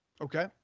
Okay